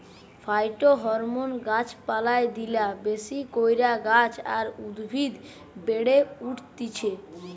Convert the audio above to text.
phytohormone গাছ পালায় দিলা বেশি কইরা গাছ আর উদ্ভিদ বেড়ে উঠতিছে